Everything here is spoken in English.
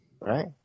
Right